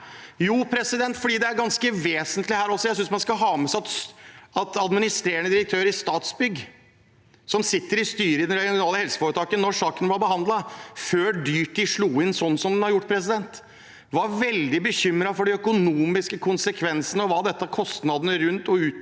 Jo, fordi det er ganske vesentlig her også. Jeg synes man skal ha med seg at administrerende direktør i Statsbygg, som satt i styret i det regionale helseforetaket da saken ble behandlet, før dyrtiden slo inn sånn som den har gjort, var veldig bekymret for de økonomiske konsekvensene og kostnadene ved å